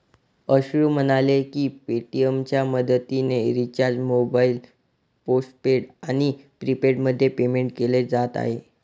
अश्रू म्हणाले की पेटीएमच्या मदतीने रिचार्ज मोबाईल पोस्टपेड आणि प्रीपेडमध्ये पेमेंट केले जात आहे